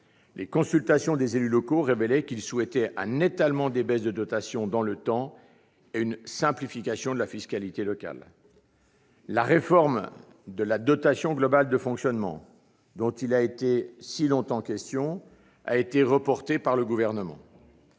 les consultations des élus locaux révélaient que ces derniers souhaitaient un étalement des baisses de dotations dans le temps et une simplification de la fiscalité locale. La réforme de la dotation globale de fonctionnement, dont il a été si longtemps question, a été reportée par le Gouvernement.